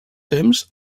temps